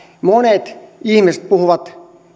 monet ihmiset puhuvat